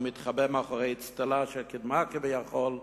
והוא מתחבא מאחורי אצטלה של קדמה כביכול,